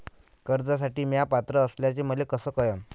कर्जसाठी म्या पात्र असल्याचे मले कस कळन?